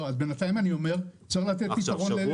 בינתיים צריך לתת פתרון.